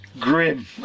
Grim